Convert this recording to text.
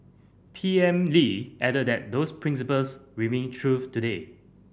P M Lee added that those principles remain truth today